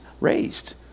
raised